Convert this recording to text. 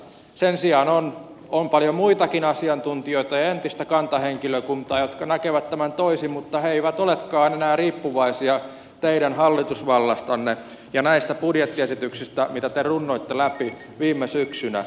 sen sijaan on paljon muitakin asiantuntijoita ja entistä kantahenkilökuntaa jotka näkevät tämän toisin mutta he eivät olekaan enää riippuvaisia teidän hallitusvallastanne ja näistä budjettiesityksistä mitä te runnoitte läpi viime syksynä